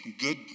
good